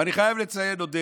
ואני חייב לציין עוד,